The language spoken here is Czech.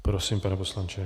Prosím, pane poslanče.